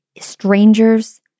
strangers